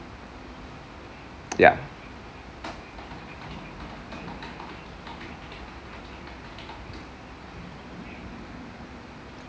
ya